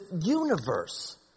universe